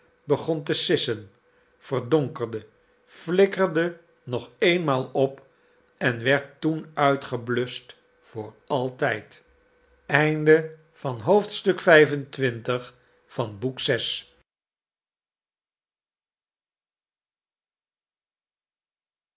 begon te sissen verdonkerde flikkerde nog eenmaal op en werd toen uitgebluscht voor altijd